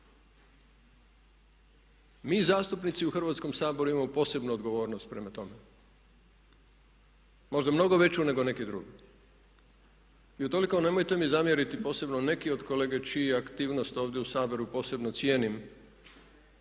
Mi zastupnici u Hrvatskom saboru imamo posebnu odgovornost prema tome, možda mnogo veću nego neki drugi. I utoliko nemojte mi zamjeriti, posebno neki od kolege, čiju aktivnost ovdje u Saboru posebno cijenim